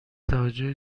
توجه